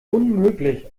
unmöglich